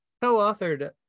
co-authored